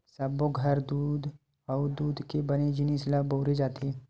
सब्बो घर म दूद अउ दूद के बने जिनिस ल बउरे जाथे